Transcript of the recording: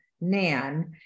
Nan